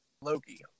Loki